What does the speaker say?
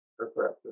aircraft